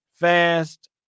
fast